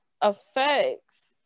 affects